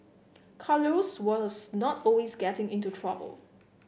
Carlos was not always getting into trouble